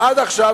עד עכשיו,